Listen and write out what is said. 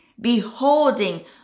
beholding